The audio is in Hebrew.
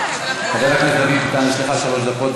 חבר הכנסת דוד ביטן, יש לך שלוש דקות.